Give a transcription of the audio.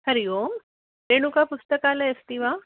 हरिः ओं रेणुका पुस्तकालयः अस्ति वा